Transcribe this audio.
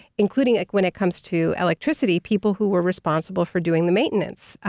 including when it comes to electricity, people who were responsible for doing the maintenance.